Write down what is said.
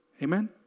Amen